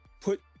put